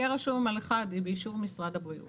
על אחד יהיה רשום באישור משרד הבריאות